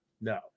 No